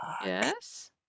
Yes